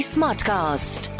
Smartcast